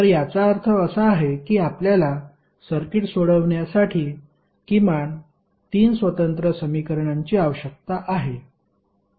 तर याचा अर्थ असा आहे की आपल्याला सर्किट सोडवण्यासाठी किमान तीन स्वतंत्र समीकरणांची आवश्यकता आहे